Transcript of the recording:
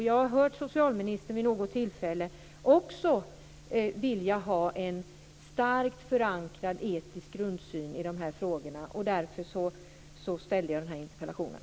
Jag har hört socialministern vid något tillfälle säga sig vilja ha en starkt förankrad etisk grundsyn i dessa frågor. Det var därför jag ställde interpellationen.